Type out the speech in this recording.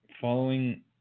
following